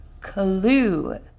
clue